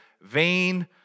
vain